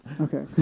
Okay